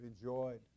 enjoyed